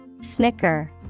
Snicker